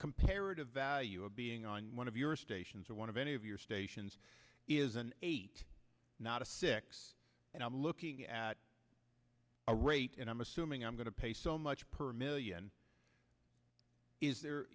comparative value of being on one of your stations or one of any of your stations is an eight not a six and i'm looking at a rate and i'm assuming i'm going to pay so much per million is there